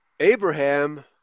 Abraham